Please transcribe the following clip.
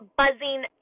buzzing